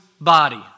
body